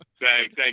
thanks